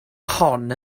hon